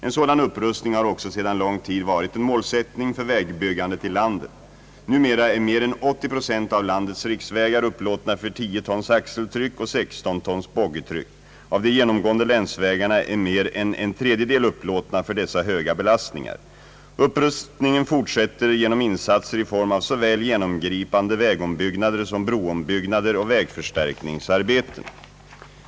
En sådan upprustning har också sedan lång tid varit en målsättning för vägbyggandet i landet. Numera är mer än 80 procent av landets riksvägar upplåtna för 10 tons axeltryck och 16 tons boggitryck. Av de genomgående länsvägarna är mer än 1/3 upplåtna för dessa höga belastningar. Upprustningen fortsätter genom insatser i form av såväl genomgripande vägombyggnader som broombyggnader och vägförstärkningsarbeten.